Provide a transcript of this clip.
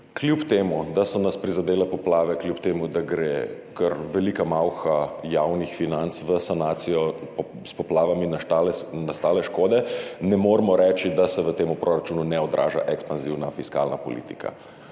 Kljub temu, da so nas prizadele poplave, kljub temu, da gre kar velika malha javnih financ v sanacijo s poplavami nastale škode, ne moremo reči, da se v tem proračunu ne odraža ekspanzivna fiskalna politika,